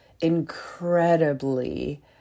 incredibly